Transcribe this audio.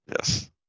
Yes